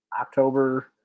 October